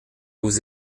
vous